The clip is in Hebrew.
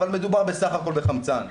אבל מדובר בסך הכל בחמצן.